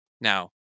Now